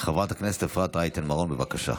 חברת הכנסת אפרת רייטן מרום, בבקשה.